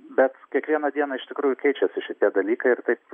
bet kiekvieną dieną iš tikrųjų keičiasi šitie dalykai ir taip